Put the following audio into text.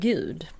Gud